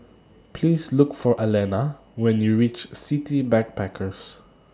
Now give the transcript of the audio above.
Please Look For Allena when YOU REACH City Backpackers